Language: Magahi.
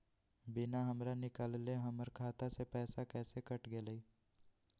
बिना हमरा निकालले, हमर खाता से पैसा कैसे कट गेलई?